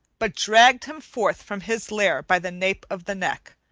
but dragged him forth from his lair by the nape of the neck,